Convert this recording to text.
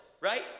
right